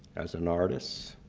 as an artist.